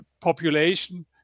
population